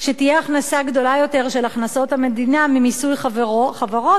שתהיה הכנסה גדולה יותר להכנסות המדינה ממיסוי חברות